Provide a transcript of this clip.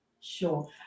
sure